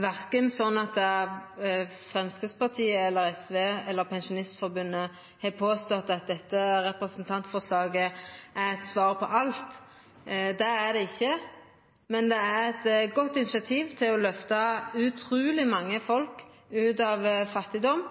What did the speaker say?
Verken Framstegspartiet, SV eller Pensjonistforbundet har påstått at dette representantforslaget er eit svar på alt. Det er det ikkje, men det er eit godt initiativ til å løfta utruleg mange folk ut av fattigdom.